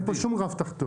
אין כאן שום רף תחתון.